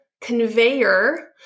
conveyor